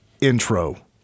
intro